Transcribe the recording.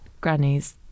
grannies